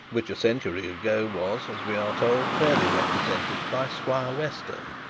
which a century ago was, as we are told, fairly represented by squire western.